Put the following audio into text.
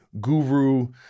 guru